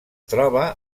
troba